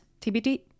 TBD